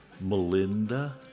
Melinda